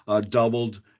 doubled